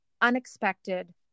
unexpected